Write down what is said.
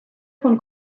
von